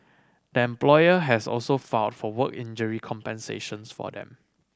the employer has also filed for work injury compensations for them